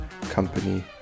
company